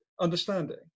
understanding